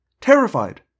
terrified